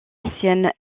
anciennes